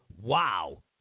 wow